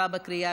עברה בקריאה